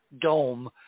dome